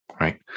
right